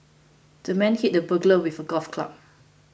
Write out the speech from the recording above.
the man hit the burglar with a golf club